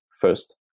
first